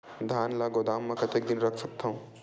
धान ल गोदाम म कतेक दिन रख सकथव?